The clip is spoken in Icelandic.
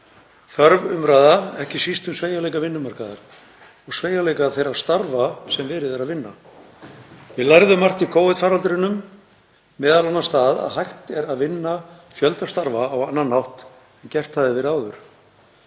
þörf umræða, ekki síst um sveigjanleika vinnumarkaðar og sveigjanleika þeirra starfa sem verið er að vinna. Við lærðum margt í Covid-faraldrinum, m.a. það að hægt er að vinna fjölda starfa á annan hátt en gert hafði verið áður.